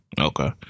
okay